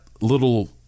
little